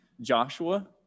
Joshua